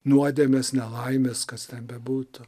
nuodėmės nelaimės kas ten bebūtų